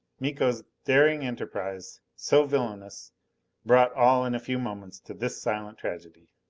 miko's daring enterprise so villainous brought all in a few moments to this silent tragedy.